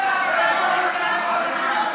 איפה היית כל הזמן הזה,